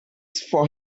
for